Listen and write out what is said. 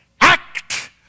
act